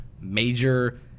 major